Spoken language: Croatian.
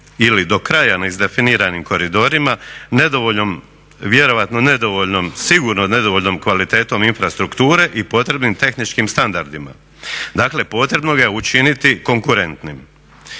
ili do kraja ne izdefiniranim koridorima, vjerojatno nedovoljno, sigurno nedovoljnom kvalitetom infrastrukture i potrebnim tehničkim standardima. Dakle potrebno ga je učiniti konkurentnim.